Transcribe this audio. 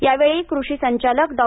यावेळी कृषी संचालक डॉ